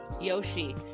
Yoshi